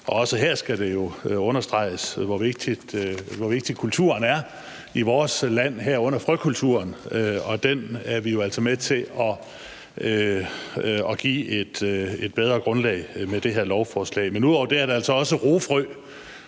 Også her skal det understreges, hvor vigtig kulturen er i vores land, herunder frøkulturen. Den er vi jo altså med til at give et bedre grundlag med det her lovforslag. Ud over det er det altså også roefrø,